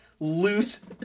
loose